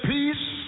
Peace